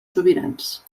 sobirans